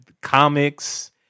comics